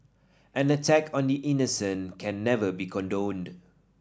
an attack on the innocent can never be condoned